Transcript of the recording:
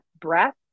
breath